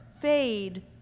fade